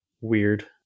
weird